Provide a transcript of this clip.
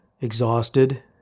exhausted